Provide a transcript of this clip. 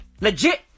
legit